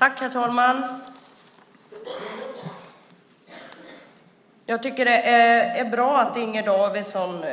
Herr talman! Jag tycker att det är bra att Inger Davidson